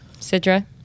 Sidra